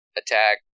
attack